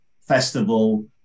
festival